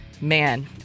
man